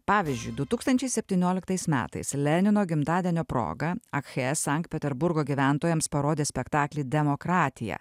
pavyzdžiui du tūkstančiai septynioltais metais lenino gimtadienio proga akche sankt peterburgo gyventojams parodė spektaklį demokratija